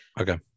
Okay